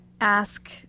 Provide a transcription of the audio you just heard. ask